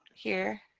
here,